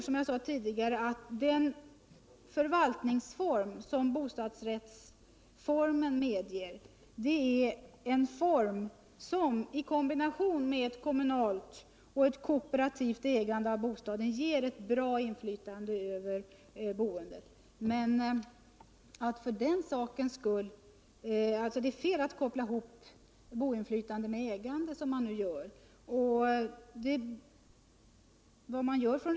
Som jag sade tidigare tror jag att bostadsrättsformen i kombination med kommunalt och kooperativt ägande av bostäder ger ett bra inflytande över boendet, men att för den sakens skull koppla ihop boendeinflytandet med ägandet, som man nu gör, anser jag vara felaktigt.